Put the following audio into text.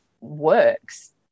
works